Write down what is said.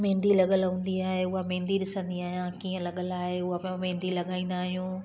महेंदी लॻल हूंदी आहे उहा महेंदी ॾिसंदी आहियां कीअं लॻल आहे उहा पोइ मां महेंदी लॻाईंदा आहियूं